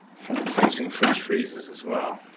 front-facing fridge-freezers as well,